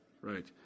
Right